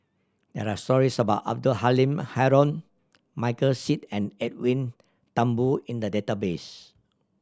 there are stories about Abdul Halim Haron Michael Seet and Edwin Thumboo in the database